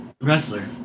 Wrestler